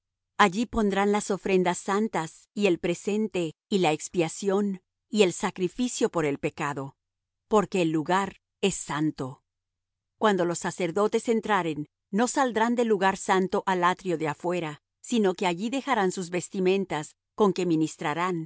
allí pondrán las ofrendas santas y el presente y la expiación y el sacrificio por el pecado porque el lugar es santo cuando los sacerdotes entraren no saldrán del lugar santo al atrio de afuera sino que allí dejarán sus vestimentas con que ministrarán